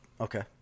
Okay